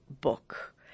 book